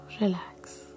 Relax